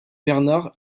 bernard